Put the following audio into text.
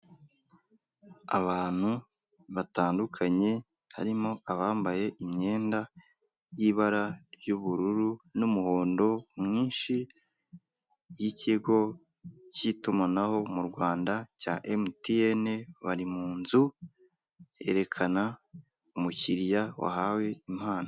Abantu batandukanye, harimo abambaye imyenda y'ibara ry'ubururu n'umuhondo mwinshi y'ikigo cy'itumanaho mu Rwanda cya Emutiyene, bari mu nzu berekana umukiriya wahawe impano.